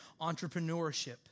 entrepreneurship